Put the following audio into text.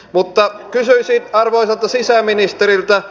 mutta kysyisin arvoisalta sisäministeriltä